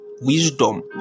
wisdom